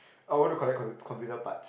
I want to collect computer parts